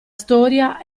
storia